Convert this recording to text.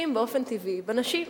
עוסקים באופן טבעי בנשים,